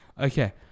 Okay